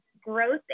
growth